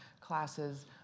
classes